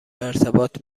ارتباط